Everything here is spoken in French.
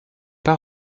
pas